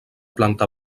planta